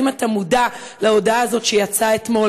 האם אתה מודע להודעה הזאת שיצאה אתמול